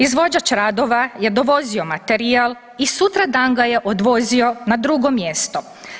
Izvođač radova je dovozio materijal i sutradan ga je odvozio na drugo mjesto.